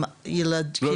הילדים --- לא,